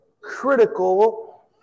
critical